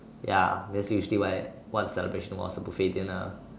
ya that's usually what what a celebration was a buffet dinner